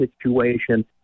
situation